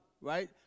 right